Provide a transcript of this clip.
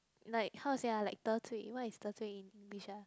like how to say ah like 得罪 what is 得罪 in English ah